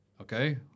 Okay